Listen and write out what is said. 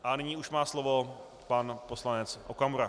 A nyní už má slovo pan poslanec Okamura.